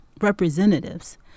representatives